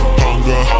hunger